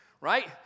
right